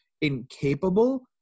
incapable